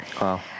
Wow